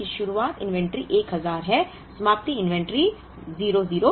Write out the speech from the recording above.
तो 1 महीने की शुरुआत इन्वेंट्री 1000 हैसमाप्ति इन्वेंट्री 00 है